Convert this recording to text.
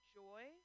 joy